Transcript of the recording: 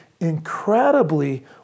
incredibly